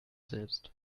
selbst